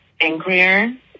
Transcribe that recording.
angrier